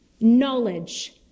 knowledge